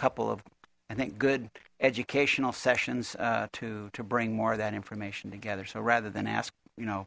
couple of i think good educational sessions to to bring more of that information together so rather than ask you know